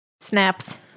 Snaps